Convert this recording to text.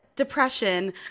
depression